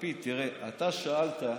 לפיד, תראה, אתה שאלת,